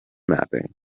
mapping